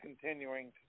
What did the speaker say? continuing